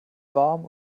warm